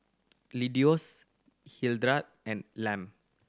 Leonidas Hildred and Lem